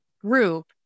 group